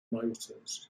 motors